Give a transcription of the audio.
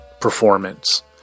performance